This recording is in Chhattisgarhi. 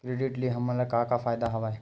क्रेडिट ले हमन का का फ़ायदा हवय?